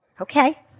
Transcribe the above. Okay